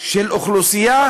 של אוכלוסייה,